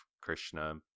krishna